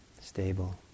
stable